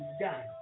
done